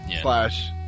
slash